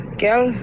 girl